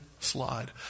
slide